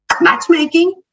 matchmaking